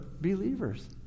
believers